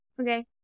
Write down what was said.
Okay